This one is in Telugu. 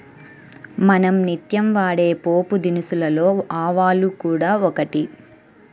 మనం నిత్యం వాడే పోపుదినుసులలో ఆవాలు కూడా ఒకటి